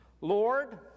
Lord